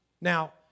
Now